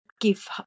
give